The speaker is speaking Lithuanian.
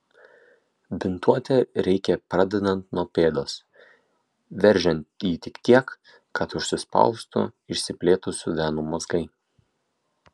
bintuoti reikia pradedant nuo pėdos veržiant jį tik tiek kad užsispaustų išsiplėtusių venų mazgai